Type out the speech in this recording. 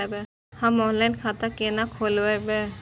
हम ऑनलाइन खाता केना खोलैब?